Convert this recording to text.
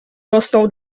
rosną